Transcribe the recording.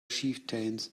chieftains